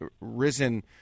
risen